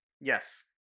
Yes